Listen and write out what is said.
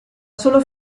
sola